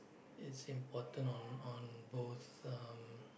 it's important on on both um